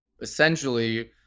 Essentially